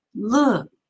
Look